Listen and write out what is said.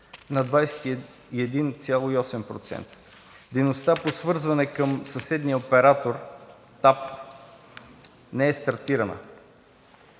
на 21,8%. Дейността по свързване към съседния оператор TAP не е стартирана.